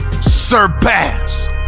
surpass